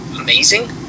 amazing